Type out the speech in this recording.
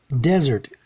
Desert